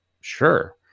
sure